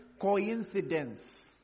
coincidence